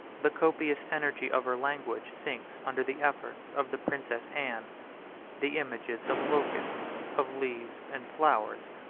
the copious energy of her language sinks under the efforts of the princess anne the images of locusts, of leaves and flowers,